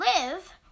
live